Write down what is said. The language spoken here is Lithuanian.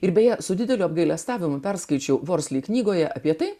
ir beje su dideliu apgailestavimu perskaičiau nors lyg knygoje apie tai